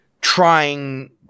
Trying